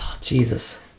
Jesus